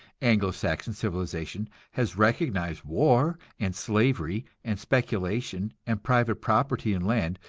anglo-saxon civilization has recognized war, and slavery, and speculation, and private property in land,